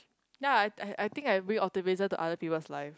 ya I I think I bring optimism to other people's life